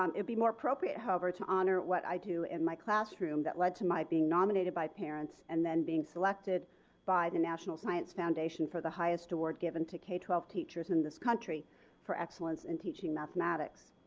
um it would be more appropriate however to honor what i do in my classroom that led to my being nominated by parents and then being selected by the national science foundation for the highest award given to k twelve teachers in this country for excellence in teaching mathematics.